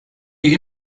die